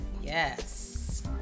yes